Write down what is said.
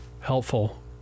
helpful